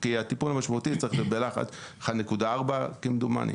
כי הטיפול המשמעותי צריך להיות בלחץ של 1.4 כמדומני.